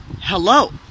Hello